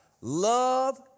Love